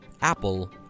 Apple